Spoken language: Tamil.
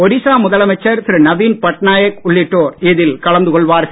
ஒடிசா முதலமைச்சர் திரு நவீன் பட்நாயக் உள்ளிட்டோர் இதில் கலந்து கொள்வார்கள்